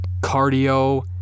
cardio